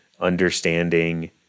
understanding